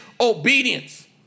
obedience